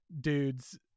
dudes